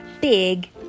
big